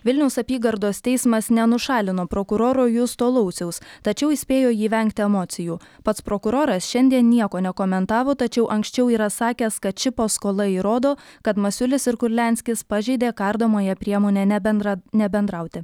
vilniaus apygardos teismas nenušalino prokuroro justo lauciaus tačiau įspėjo jį vengti emocijų pats prokuroras šiandien nieko nekomentavo tačiau anksčiau yra sakęs kad ši paskola įrodo kad masiulis ir kurlianskis pažeidė kardomąją priemonę nebendra nebendrauti